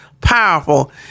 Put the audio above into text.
powerful